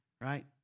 right